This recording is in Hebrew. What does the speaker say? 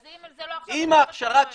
אז אם זה לא עכשיו --- עם ההכשרה 930,